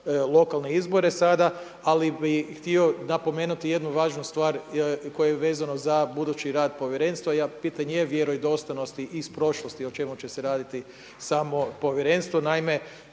lokalne izbore sada. Ali bih htio napomenuti jednu važnu stvar koja je vezano za budući rad povjerenstva, pitanje je vjerodostojnosti iz prošlosti o čemu će se raditi samo povjerenstvo.